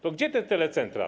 To gdzie te telecentra?